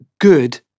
Good